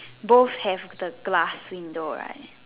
both have the glass window right